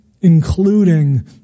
including